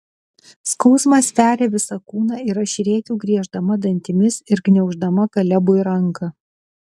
skausmas veria visą kūną ir aš rėkiu grieždama dantimis ir gniauždama kalebui ranką